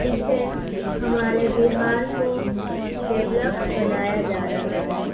جس سے ہمارے بہار کو ڈیولپ بنایا جا رہا ہے